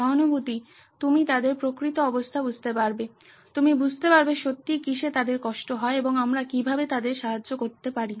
সহানুভূতি তুমি তাদের প্রকৃত অবস্থা বুঝতে পারবে তুমি বুঝতে পারবে সত্যিই কিসে তাদের কষ্ট হয় এবং আমরা কিভাবে তাদের সাহায্য করতে পারি